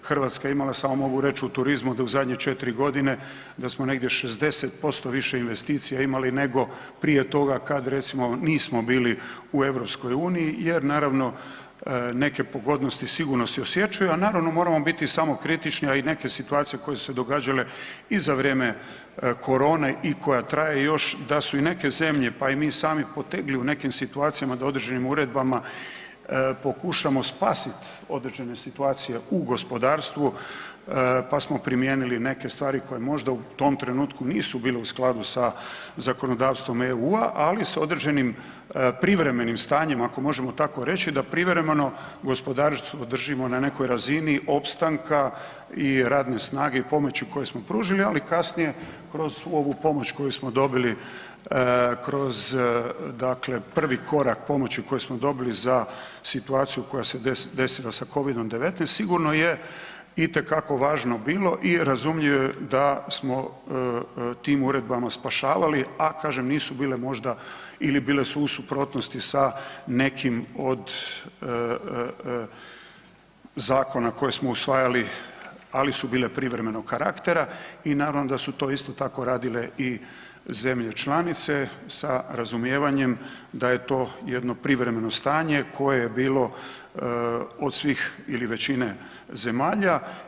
Hrvatska je imala samo mogu reći u turizmu da u zadnje 4 godine da smo negdje 60% više investicija imali nego prije toga kad recimo nismo bili u EU jer naravno neke pogodnosti sigurno se osjećaju, a naravno moramo biti i samokritični, a i neke situacije koje su se događale i za vrijeme korone i koja traje još da su i neke zemlje pa i mi sami potekli u nekim situacijama da u određenim uredbama pokušamo spasiti određene situacije u gospodarstvu pa smo primijenili neke stvari koje možda u tom trenutku nisu bile u skladu s zakonodavstvom EU, ali s određenim privremenim stanjem ako možemo tako reći, da privremeno gospodarstvo držimo na nekoj razini opstanka i radne snage i pomoći koje smo pružili, ali kasnije kroz ovu pomoć koju smo dobili kroz dakle prvi korak pomoći koje smo dobili za situaciju koja se desila sa Covidom-19 sigurno je itekako važno bilo i razumljivo je da smo tim uredbama spašavali, a kažem nisu bile možda ili bile su u suprotnosti sa nekim od zakona koje smo usvajali, ali su bile privremenog karaktera i naravno da su to isto tako radile i zemlje članice sa razumijevanjem da je to jedno privremeno stanje koje je bilo od svih ili većine zemalja.